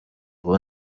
ubu